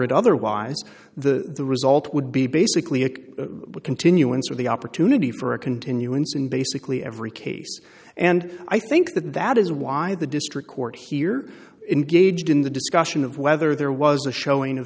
it otherwise the the result would be basically a continuance of the opportunity for a continuance in basically every case and i think that that is why the district court here in gauged in the discussion of whether there was a showing of